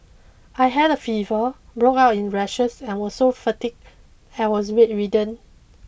I had a fever broke out in rashes and was so fatigued I was bedridden